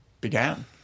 began